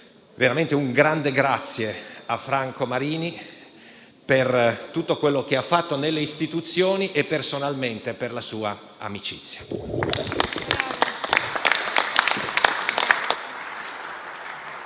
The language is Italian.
veramente un grande grazie a Franco Marini per tutto quello che ha fatto nelle istituzioni e, personalmente, per la sua amicizia.